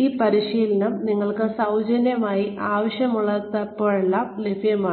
ഈ പരിശീലനം നിങ്ങൾക്ക് സൌജന്യമായി നിങ്ങൾക്ക് ആവശ്യമുള്ളപ്പോഴെല്ലാം ലഭ്യമാണ്